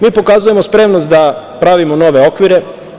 Mi pokazujemo spremnost da pravimo nove okvire.